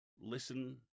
Listen